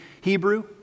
Hebrew